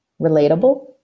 relatable